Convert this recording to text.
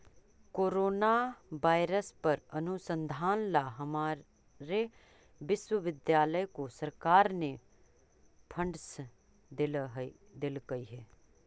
corona virus पर अनुसंधान ला हमारे विश्वविद्यालय को सरकार ने फंडस देलकइ हे